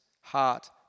Heart